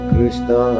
Krishna